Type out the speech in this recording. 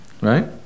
Right